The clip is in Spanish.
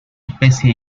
especie